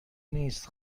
نیست